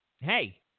hey